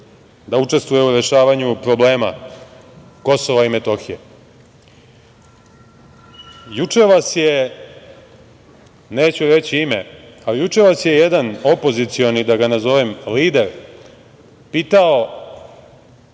da učestvuje u rešavanju problema Kosova i Metohije. Juče vas je, neću reći ime, ali juče vas je jedan opozicioni, da ga nazovem, lider, pitao